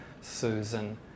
Susan